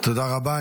תודה רבה.